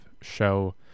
show